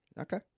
Okay